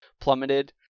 plummeted